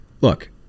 Look